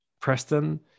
Preston